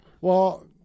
Well-